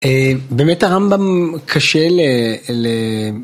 באמת הרמב״ם קשה ל...